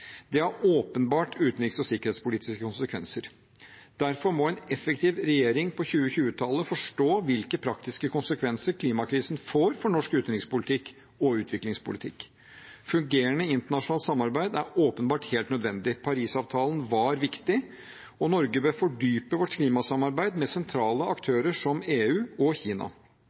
Det har åpenbart utenriks- og sikkerhetspolitiske konsekvenser. Derfor må en effektiv regjering på 2020-tallet forstå hvilke praktiske konsekvenser klimakrisen får for norsk utenrikspolitikk og utviklingspolitikk. Fungerende internasjonalt samarbeid er åpenbart helt nødvendig. Parisavtalen var viktig, og Norge bør fordype vårt klimasamarbeid med sentrale aktører som EU og Kina.